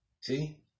See